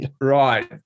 Right